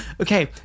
okay